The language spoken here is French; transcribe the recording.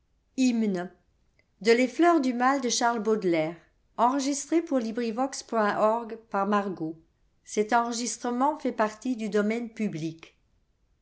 les fleurs du mal ne